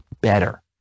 better